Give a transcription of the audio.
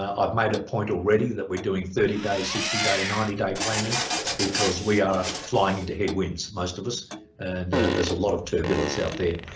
ah i've made a point already that we're doing thirty day, sixty day, ninety day planning because we are flying into headwinds most of us and there's a lot of turbulence out there.